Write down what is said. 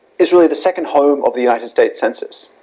is really the second home of the united states census.